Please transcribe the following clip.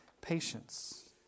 patience